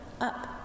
up